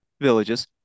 villages